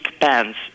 pants